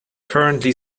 currently